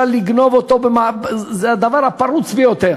מתן מתוך התחשבות במצבם ההולך ומידרדר.